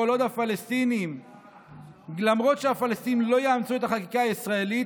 כל עוד הפלסטינים לא יאמצו את החקיקה הישראלית,